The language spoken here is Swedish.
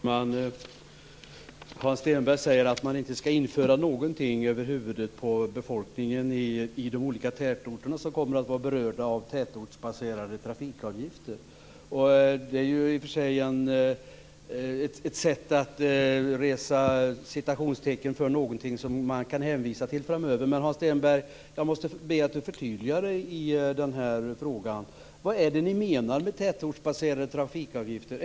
Herr talman! Hans Stenberg säger att man inte skall införa någonting över huvudet på befolkningen i de olika tätorter som kommer att vara berörda av tätortsbaserade trafikavgifter. Det är i och för sig ett sätt att resa citationstecken för något som man kan hänvisa till framöver. Men jag måste be att Hans Stenberg förtydligar sig i den här frågan. Vad är det ni menar med tätortsbaserade tätortsavgifter?